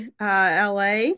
la